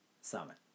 Summit